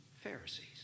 Pharisees